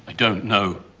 don't know.